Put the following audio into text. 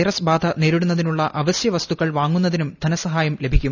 virus ബാധ നേരിടുന്നതിനുള്ള അവശ്യ വസ്തുക്കൾ വാങ്ങുന്നതിനും ധനസഹായം ലഭിക്കും